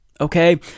okay